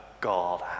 God